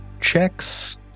checks